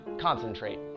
concentrate